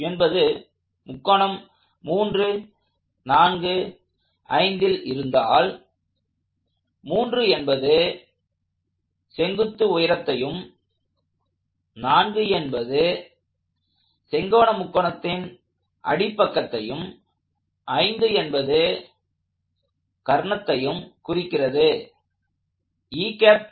என்பது முக்கோணம் 345 ல் இருந்தால் 3 என்பது செங்குத்து உயரத்தையும் 4 என்பது செங்கோண முக்கோணத்தின் அடிப்பக்கத்தையும் 5 என்பது கர்ணத்தையும் குறிக்கிறது